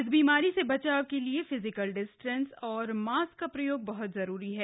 इस बीमारी से बचाव के लिए फिजिकल डिस्टेन्स और मास्क का प्रयोग बहत जरूरी है